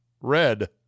red